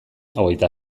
hogeita